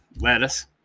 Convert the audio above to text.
lettuce